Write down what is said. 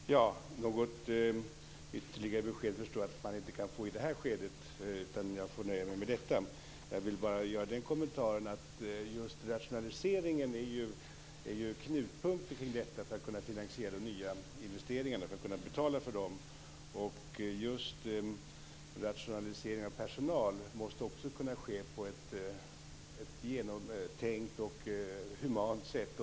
Fru talman! Något ytterligare besked förstår jag att man inte kan få i det här skedet, utan jag får nöja mig med detta. Jag vill bara göra den kommentaren att just rationaliseringen ju är knutpunkten i detta att kunna finansiera de nya investeringarna, att kunna betala för dem, och rationaliseringen av personal måste också kunna ske på ett genomtänkt och humant sätt.